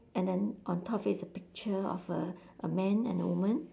and then on top is a picture of a a man and a woman